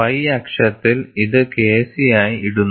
Y അക്ഷത്തിൽ ഇത് KC ആയി ഇടുന്നു